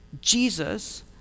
jesus